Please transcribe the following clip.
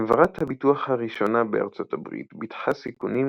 חברת הביטוח הראשונה בארצות הברית ביטחה סיכונים